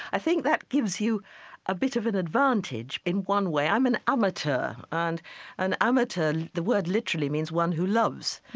i think that gives you a bit of an advantage in one way. i'm an amateur, and an amateur the word literally means one who loves.